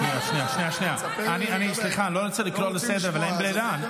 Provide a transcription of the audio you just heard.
סליחה, אני לא רוצה לקרוא לסדר, אבל אין ברירה.